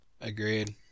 Agreed